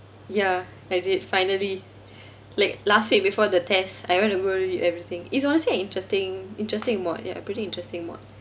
ya I did finally like last week before the test I went to go over everything it's honestly a interesting interesting mod ya a pretty interesting mod